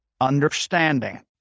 understanding